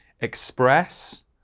express